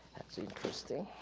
that's interesting